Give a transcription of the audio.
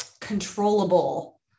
controllable